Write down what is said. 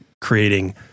creating